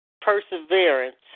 Perseverance